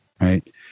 Right